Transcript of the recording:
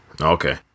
Okay